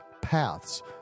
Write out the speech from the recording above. paths